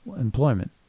employment